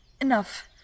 Enough